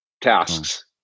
tasks